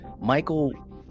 Michael